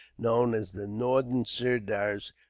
known as the northern sirdars,